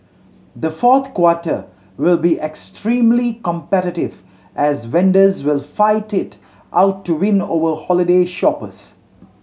the fourth quarter will be extremely competitive as vendors will fight it out to win over holiday shoppers